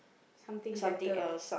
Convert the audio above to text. something better